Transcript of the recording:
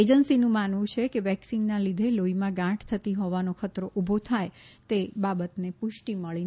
એજન્સીનું માનવું છે કે વેક્સીનનાં લીધે લોહીમાં ગાંઠ થતી હોવાનો ખતરો ઉભો થાય છે તે બાબતને પુષ્ટી મળી નથી